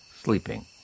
sleeping